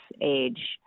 age